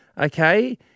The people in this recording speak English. Okay